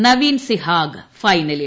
നവീൻ സിഹാഗ് ഫൈനലിൽ